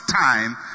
time